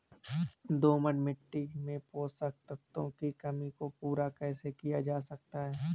दोमट मिट्टी में पोषक तत्वों की कमी को पूरा कैसे किया जा सकता है?